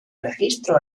registro